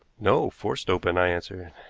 no forced open, i answered.